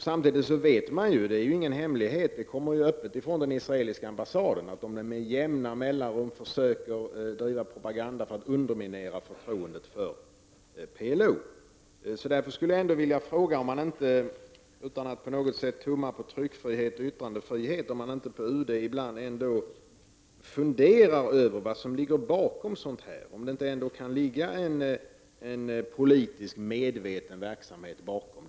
Samtidigt vet man att Israel med jämna mellanrum försöker driva propaganda för att underminera förtroendet för PLO. Det är ingen hemlighet. Det kommer öppet från den israeliska ambassaden. Jag skulle därför ändå vilja fråga om man inte på UD ibland funderar över vad som ligger bakom sådant här — utan att på något sätt tumma på tryckfrihet och yttrandefrihet. Funderar man inte över om det kan ligga en politisk medveten verksamhet bakom?